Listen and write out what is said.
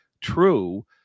true